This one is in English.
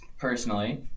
personally